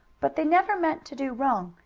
but they never meant to do wrong,